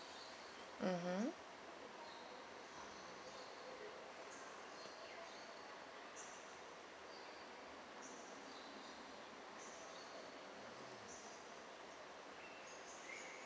mmhmm